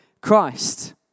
Christ